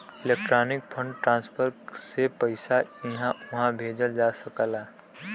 electronic fund transfer से पइसा इहां उहां भेजल जा सकला